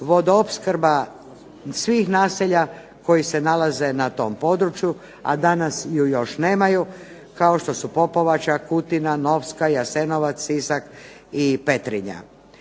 naselja svih naselja koji se nalaze na tom području, a danas ju još nemaju kao što su Popovača, Kutina, Novska, Jasenovac, Sisak i Petrinja.